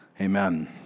Amen